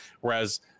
Whereas